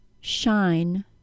Shine